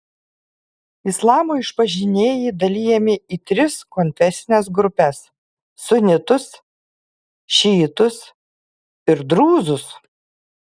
islamo išpažinėjai dalijami į tris konfesines grupes sunitus šiitus ir drūzus